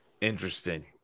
Interesting